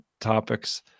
topics